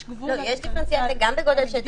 יש דיפרנציאציה גם בגודל השטח.